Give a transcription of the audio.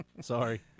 Sorry